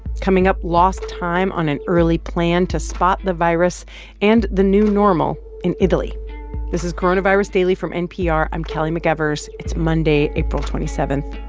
coming up, lost time on an early plan to spot the virus and the new normal in italy this is coronavirus daily from npr. i'm kelly mcevers. it's monday, april twenty seven